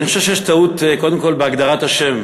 אני חושב שיש טעות, קודם כול, בהגדרת השם,